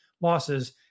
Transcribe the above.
losses